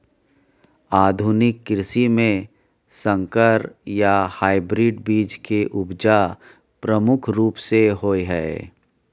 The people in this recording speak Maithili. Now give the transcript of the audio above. आधुनिक कृषि में संकर या हाइब्रिड बीज के उपजा प्रमुख रूप से होय हय